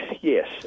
yes